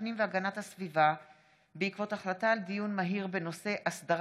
הפנים והגנת הסביבה בעקבות דיון מהיר בהצעתו של חבר